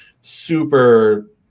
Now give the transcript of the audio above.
super